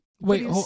Wait